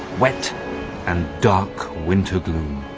wet and dark winter gloom.